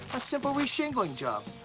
a simpl re-shingling job.